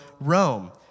Rome